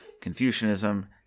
Confucianism